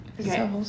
okay